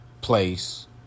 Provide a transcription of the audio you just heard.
place